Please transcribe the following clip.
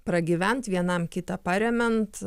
pragyvent vienam kitą paremiant